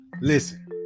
Listen